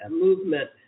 movement